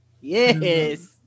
Yes